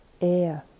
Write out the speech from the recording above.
air